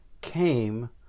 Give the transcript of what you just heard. came